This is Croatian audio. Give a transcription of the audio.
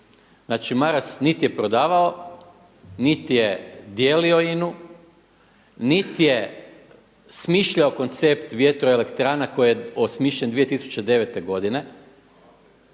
Znači Maras niti je prodavao, niti je dijelio INA-u, niti je smišljao koncept vjetroelektrana koji je osmišljen 2009. godine.